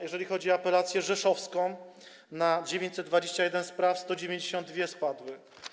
Jeżeli chodzi o apelację rzeszowską, to na 921 spraw 192 spadły.